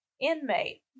inmate